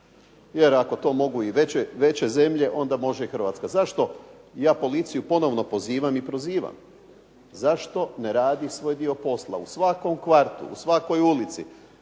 jer ako to mogu i veće zemlje onda može i Hrvatska. Zašto ja policiju ponovno pozivam i prozivam, zašto ne radi svoj dio posla? U svakom kvartu, u svakoj ulici